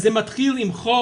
אז זה מתחיל עם חוק,